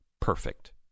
perfect